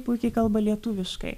puikiai kalba lietuviškai